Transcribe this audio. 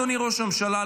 אדוני ראש הממשלה,